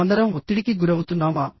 మనమందరం ఒత్తిడికి గురవుతున్నామా